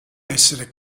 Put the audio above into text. essere